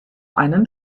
einen